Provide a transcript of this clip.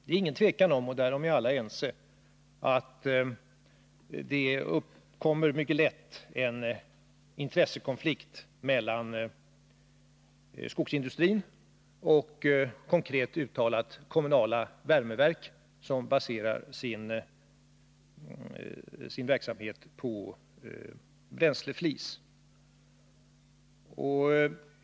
Det är ingen tvekan om — därom är alla ense — att det uppkommer mycket lätt en intressekonflikt mellan skogsindustrin och, konkret talat, kommunala värmeverk som baserar sin verksamhet på bränsleflis.